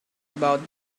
about